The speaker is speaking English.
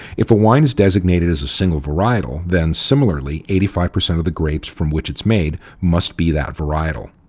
if a wine is designated as a single varietal, then, similarly, eighty five percent of the grapes from which it's made must be that varietal.